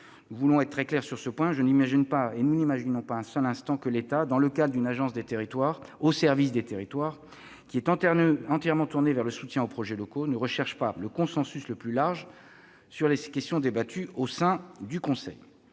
nous voulons être très clairs sur le point suivant : nous n'imaginons pas un seul instant que l'État, dans le cadre du fonctionnement d'une agence au service des territoires entièrement tournée vers le soutien aux projets locaux, ne recherche pas le consensus le plus large sur les questions débattues au sein du conseil.